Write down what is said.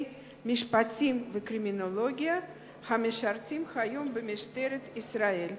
המשפטים והקרימינולוגיה המשרתים היום במשטרת ישראל?